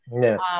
Yes